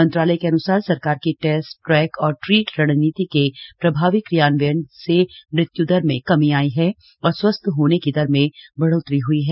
मंत्रालय के अन्सार सरकार की टेस्ट ट्रैक और ट्रीट रणनीति के प्रभावी क्रियान्वयन से मृत्युदर में कमी आई है और स्वस्थ होने की दर में बढ़ोतरी हुई है